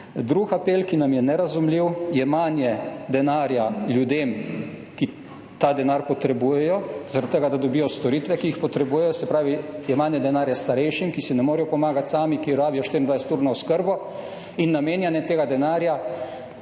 Drugi apel, ki nam je nerazumljiv: jemanje denarja ljudem, ki ta denar potrebujejo zaradi tega, da dobijo storitve, ki jih potrebujejo, se pravi jemanje denarja starejšim, ki si ne morejo pomagati sami, ki rabijo 24-urno oskrbo, in namenjanje tega denarja